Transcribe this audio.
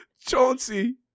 Chauncey